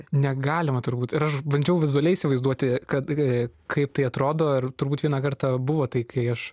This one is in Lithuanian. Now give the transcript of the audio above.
negalima turbūt ir aš bandžiau vizualiai įsivaizduoti kad kaip tai atrodo ar turbūt vieną kartą buvo tai kai aš